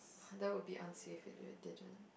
that would be unsafe if it didn't